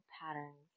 patterns